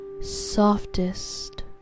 softest